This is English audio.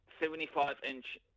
75-inch